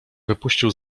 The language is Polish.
wypuścił